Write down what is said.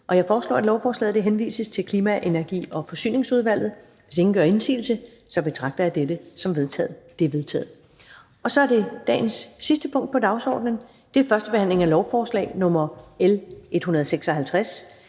Jeg foreslår, at lovforslaget henvises til Klima-, Energi- og Forsyningsudvalget. Hvis ingen gør indsigelse, betragter jeg dette som vedtaget. Det er vedtaget. --- Det sidste punkt på dagsordenen er: 3) 1. behandling af lovforslag nr. L 156: